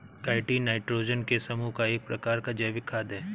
chitin nitrogen के समूह का एक प्रकार का जैविक खाद है